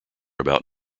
about